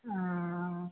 अँ